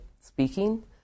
speaking